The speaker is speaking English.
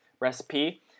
recipe